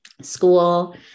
school